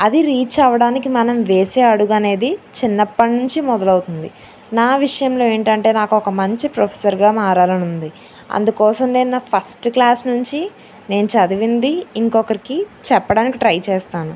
అది రీచ్ అవడానికి మనం వేసే అడుగు అనేది చిన్నప్పడి నుంచి మొదలు అవుతుంది నా విషయంలో ఏంటంటే నాకు ఒక మంచి ప్రొఫెసర్గా మారాలని ఉంది అందుకోసం నేను నా ఫస్ట్ క్లాస్ నుంచి నేను చదివిందీ ఇంకొకరికీ చెప్పడానికి ట్రై చేస్తాను